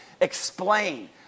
explain